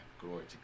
Glory